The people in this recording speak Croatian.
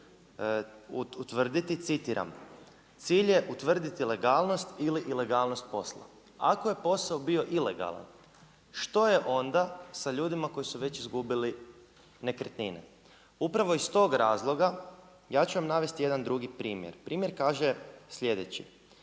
utvrditi, citiram: „Cilj je utvrditi legalnost ili ilegalnost posla.“ Ako je posao bio ilegalan što je onda sa ljudima koji su već izgubili nekretnine? Upravo iz tog razloga ja ću vam navesti jedan drugi primjer. Primjer kaže sljedeće.